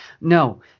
No